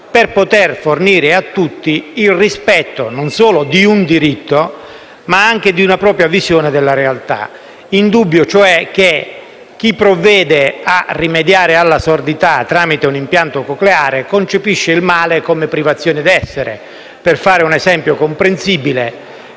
per poter fornire a tutti il rispetto non solo di un diritto, ma anche di una propria visione della realtà. È indubbio cioè che chi provvede a rimediare alla sordità tramite un impianto cocleare concepisce il male come privazione dell'essere. Per fare un esempio comprensibile,